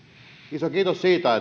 iso kiitos siitä